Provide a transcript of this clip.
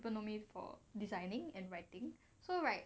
people know me for designing and writing so right